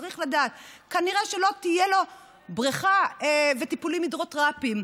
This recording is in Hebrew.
צריך לדעת: כנראה לא יהיו לו בריכה וטיפולים הידרותרפיים.